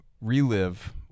relive